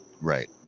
Right